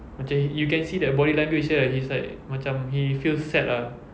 macam you can see that body language dia he's like macam he feels sad ah